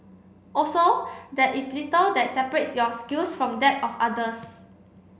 also there is little that separates your skills from that of others